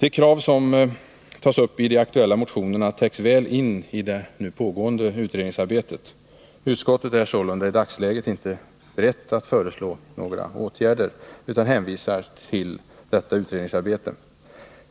De krav som tas upp i de aktuella motionerna täcks väl in i det nu pågående utredningsarbetet. Utskottet är sålunda i dagsläget inte berett att föreslå några åtgärder, utan hänvisar till detta utredningsarbete.